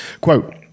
Quote